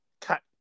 cut